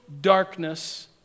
darkness